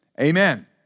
Amen